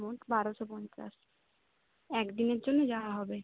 মোট বারোশো পঞ্চাশ একদিনের জন্য যাওয়া হবে